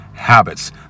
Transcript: habits